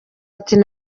ati